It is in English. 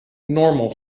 normal